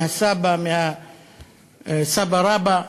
מהסבא ומהסבא-רבא.